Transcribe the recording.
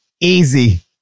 Easy